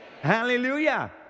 Hallelujah